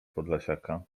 podlasiaka